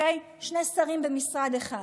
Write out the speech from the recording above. שני שרים במשרד אחד.